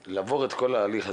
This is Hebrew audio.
ולעבור את כל ההליך הזה,